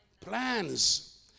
Plans